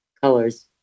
colors